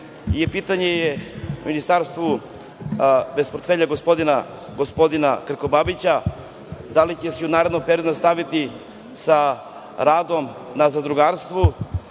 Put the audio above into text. Pitanje je i ministru bez portfelja gospodinu Krkobabiću, da li će se i u narednom periodu nastaviti sa radom na zadrugarstvu?